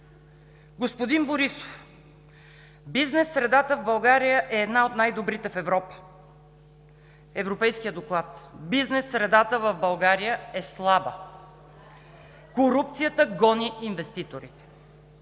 Господин Борисов: „Бизнес средата в България е една от най-добрите в Европа“. Европейският доклад: „Бизнес средата в България е слаба. Корупцията гони инвеститорите“.